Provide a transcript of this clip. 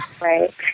Right